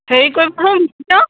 হেৰি কৰিবাচোন বিচিত্ৰ